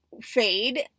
fade